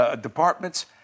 Departments